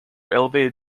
elevated